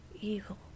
evil